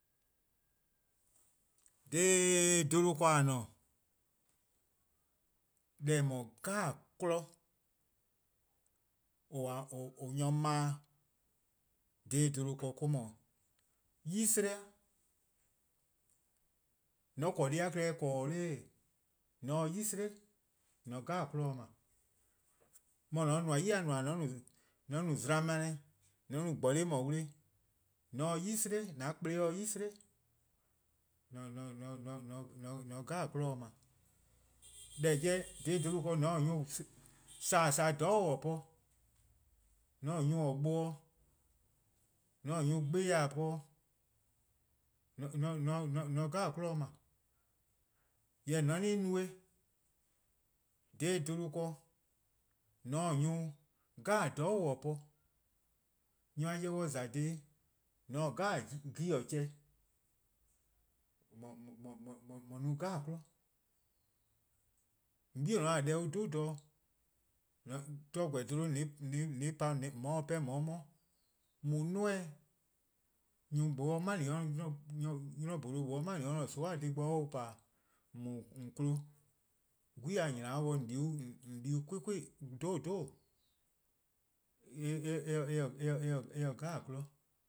'Da 'bluhba ken :a :ne-a deh :eh no-a 'kmo 'jeh :or 'nyor-a 'ble-a dha 'bluhba ken or-: 'dhu, 'yi-'sleh-eh:. :mor :on 'ble deh+-a klehkpeh :bleee:, :mor :on sei' 'sleh, :on se 'kmo 'jeh 'ble. neh :mor :on :nmor 'yi-dih :nmoror' :on no zlanmaneh, :mor :on no :gborlihmowle, :mor :on sei' 'sleh, an-a kplen sei' 'sleh :on se 'kmo 'jeh 'ble. Deh-a 'jeh dha 'bluhba keh :mor :on taa nyor 'sasa' :dhororn'-a po, :on taa nyor+ dih bo-dih, :on taa nyor 'sih-dih 'tmo-dih, :on se 'kmo 'jeh 'ble. Jorwor: :mor an no-eh dha 'bluhba ken, :mor :on taa nyor: :dhororn' 'jeh-a po, :mor nyor+ :za dhih :mor :on taa 'gen 'jeh-a chehn, :mor no 'kmo 'jeh. :on 'bei'-a deh on dhe-a dha dih, glu gor 'gwie' an pa :on 'ye-dih 'pehn :on 'ye 'mo mu 'duo:-eh, 'nynor-bholo 'nor 'mani: or-a'a: :soon-a' dhih bo or se-uh :pa-dih :on mu :on kpon 'gwie' :dao' :on :nyna 'o dih :on di :on di-uh quick quick, 'dhobo: 'dhobo: eh :se 'kmo 'jeh.